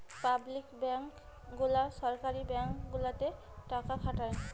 public bank গুলা সরকারি bank গুলাতে টাকা খাটায়